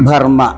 Burma